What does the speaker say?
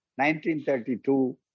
1932